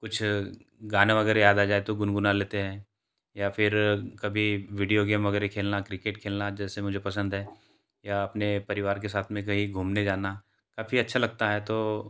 कुछ गाने वगैरा याद आ जाए तो गुनगुना लेते हैं या फिर कभी विडियोगेम वगैरह खेलना क्रिकेट खेलना जैसे मुझे पसंद है या अपने परिवार के साथ में कहीं घूमने जाना काफ़ी अच्छा लगता है तो